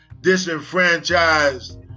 disenfranchised